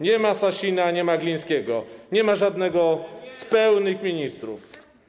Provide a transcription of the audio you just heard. Nie ma Sasina, nie ma Glińskiego, nie ma żadnego z pełnych ministrów.